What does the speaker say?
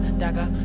dagger